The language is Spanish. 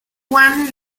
juan